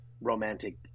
romantic